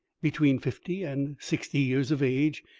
between fifty and sixty years of age,